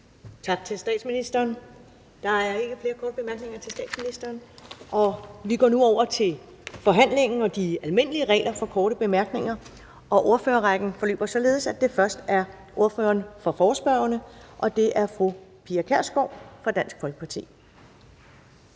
Tak til statsministeren. Der er ikke flere korte bemærkninger til statsministeren. Vi går nu over til forhandlingen og de almindelige regler for korte bemærkninger. Og ordførerrækken forløber således, at det først er ordføreren for forespørgerne, og det er fru Pia Kjærsgaard fra Dansk Folkeparti.